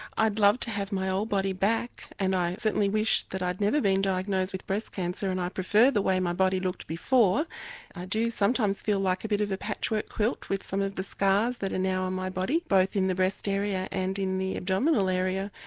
i'd love to have my old body back and i certainly wish that i'd never been diagnosed with breast cancer and i prefer the way my body looked before. i do sometimes feel like a bit of a patchwork quilt with some of the scars that are and now on my body both in the breast area and in the abdominal area,